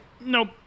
Nope